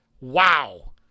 wow